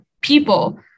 people